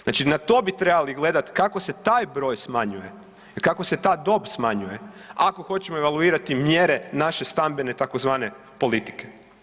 Znači na to bi trebali gledati kako se taj broj smanjuje, kako se ta dob smanjuje ako hoćemo evaluirati mjere naše stambene tzv. politike.